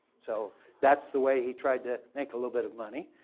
so that's the way he tried to make a little bit of money.